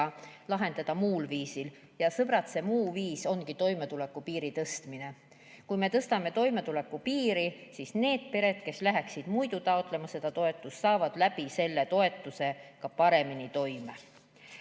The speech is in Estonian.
lahendada see muul viisil. Head sõbrad! See muu viis ongi toimetulekupiiri tõstmine. Kui me tõstame toimetulekupiiri, siis need pered, kes läheksid muidu taotlema seda toetust, saavad selle tõttu paremini toime.